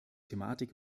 thematik